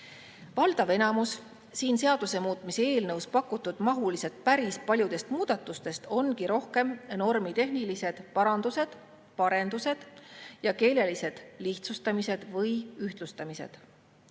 Valdav enamus siin seaduse muutmise eelnõus pakutud mahuliselt päris paljudest muudatustest ongi rohkem normitehnilised parandused, parendused ja keelelised lihtsustamised või ühtlustamised.